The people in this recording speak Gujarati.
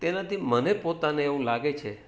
તેનાથી મને પોતાને એવું લાગે છે